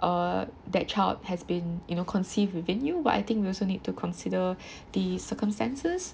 uh that child has been you know conceived within you but I think we also need to consider the circumstances